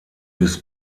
bis